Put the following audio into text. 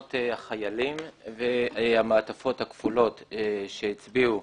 קולות החיילים והמעטפות הכפולות שהצביעו